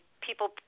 people –